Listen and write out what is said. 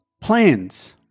Plans